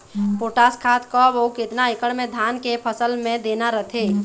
Potash खाद कब अऊ केतना एकड़ मे धान के फसल मे देना रथे?